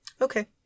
Okay